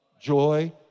Joy